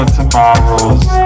tomorrow's